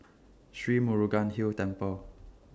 Sri Murugan Hill Temple